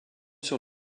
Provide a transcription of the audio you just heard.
sur